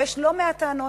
ויש לא מעט טענות,